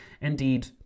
Indeed